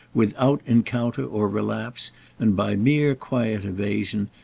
without encounter or relapse and by mere quiet evasion,